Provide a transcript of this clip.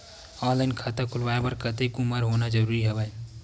Online खाता खुलवाय बर कतेक उमर होना जरूरी हवय?